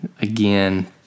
again